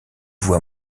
vous